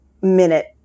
minute